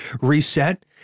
reset